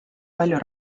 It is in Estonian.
palju